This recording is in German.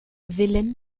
willen